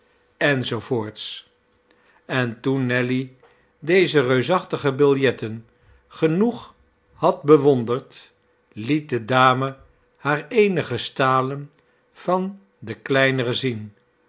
enz en toen nelly deze reusachtige biljetten genoeg had bewonderd liet de dame haar eenige stalen van de kleinere zien